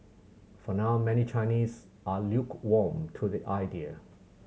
for now many Chinese are lukewarm to the idea